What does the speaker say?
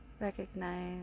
recognize